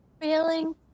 feeling